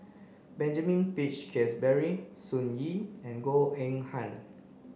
Benjamin Peach Keasberry Sun Yee and Goh Eng Han